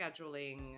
scheduling